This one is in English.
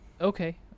Okay